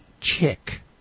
Chick